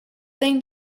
thing